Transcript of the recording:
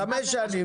חמש שנים.